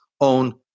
own